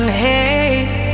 haze